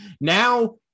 Now